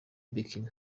bikini